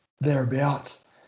thereabouts